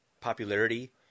popularity